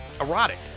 Erotic